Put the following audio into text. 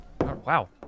Wow